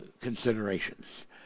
considerations